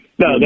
No